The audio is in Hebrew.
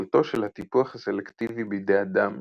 יכולתו של הטיפוח הסלקטיבי בידי אדם